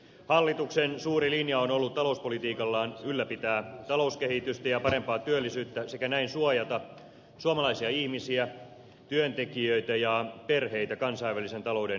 hallituksen suuri linja on ollut talouspolitiikallaan ylläpitää talouskehitystä ja parempaa työllisyyttä sekä näin suojata suomalaisia ihmisiä työntekijöitä ja perheitä kansainvälisen talouden myllerryksiltä